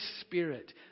Spirit